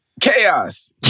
Chaos